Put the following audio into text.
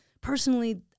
personally